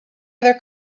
other